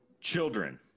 children